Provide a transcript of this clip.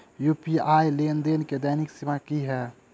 UPI लेनदेन केँ दैनिक सीमा की है?